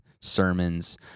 sermons